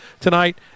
tonight